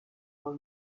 for